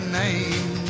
name